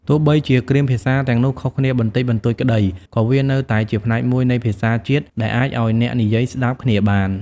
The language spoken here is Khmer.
ទោះបីជាគ្រាមភាសាទាំងនោះខុសគ្នាបន្តិចបន្តួចក្តី ក៏វានៅតែជាផ្នែកមួយនៃភាសាជាតិ ដែលអាចឲ្យអ្នកនិយាយស្តាប់គ្នាបាន។